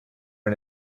and